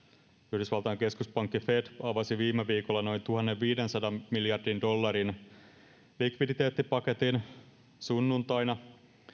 yhdysvaltain keskuspankki fed avasi viime viikolla noin tuhannenviidensadan miljardin dollarin likviditeettipaketin sunnuntaina